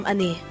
Ani